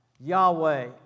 Yahweh